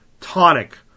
tonic